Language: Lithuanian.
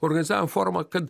organizavom formą kad